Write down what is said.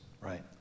right